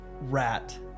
Rat